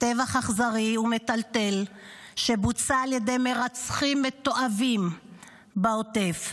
טבח אכזרי ומטלטל שבוצע על ידי מרצחים מתועבים בעוטף,